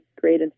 great